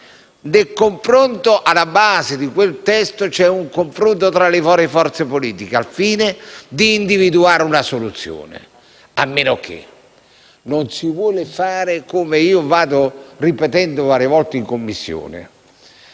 del confronto. Alla base di quel testo vi è un confronto tra le varie forze politiche al fine di individuare una soluzione; a meno che non si voglia fare come io ho ripetuto varie volte in Commissione,